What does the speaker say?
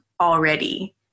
already